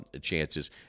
chances